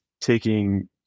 taking